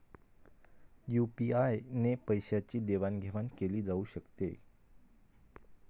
UPI ने पैशांची देवाणघेवाण केली जाऊ शकते